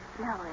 No